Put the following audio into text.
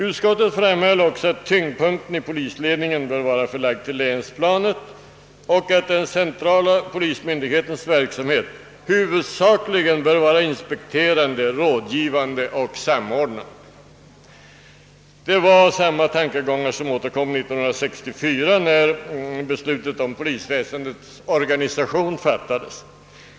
Utskottet framhöll också att tyngdpunkten i polisledningen borde vara förlagd till länsplanet och att den centrala polismyndighetens verksamhet huvudsakligen borde vara inspekterande, rådgivande och samordnande. Det var samma tankegångar som återkom 1964, när beslutet om polisväsendets organisation fattades.